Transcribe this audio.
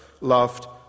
loved